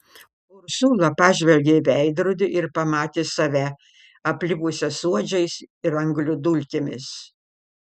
ursula pažvelgė į veidrodį ir pamatė save aplipusią suodžiais ir anglių dulkėmis